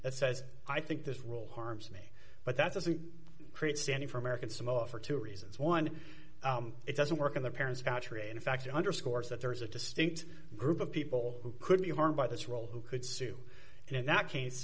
that says i think this rule harms me but that doesn't create standing for american samoa for two reasons one it doesn't work in the parents couch or in fact it underscores that there is a distinct group of people who could be harmed by this role who could sue and in that case